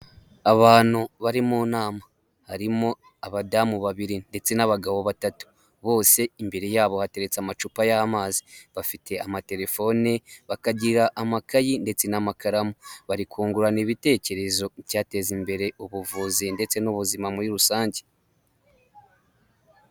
Abantu bari mu nama, harimo abadamu babiri ndetse n'abagabo batatu, bose imbere yabo hateretse amacupa y'amazi, bafite amaterefone, bakagira amakayi ndetse n'amakaramu, bari kungurana ibitekerezo ku cyateza imbere ubuvuzi ndetse n'ubuzima muri rusange.